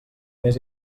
més